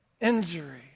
injury